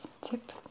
tip